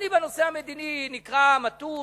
אני בנושא המדיני נקרא מתון,